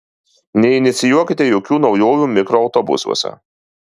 neinicijuokite jokių naujovių mikroautobusuose